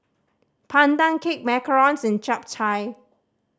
Pandan Cake macarons and Chap Chai